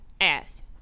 Ass